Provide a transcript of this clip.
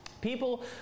People